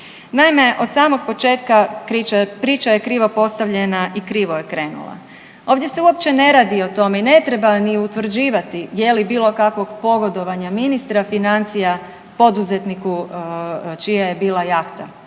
Naime, od samog početka priča je krivo postavljena i krivo je krenula. Ovdje se uopće ne radi o tome i ne treba ni utvrđivati je li bilo kakvog pogodovanja ministra financija poduzetniku čija je bila jahta.